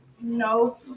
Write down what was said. No